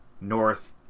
North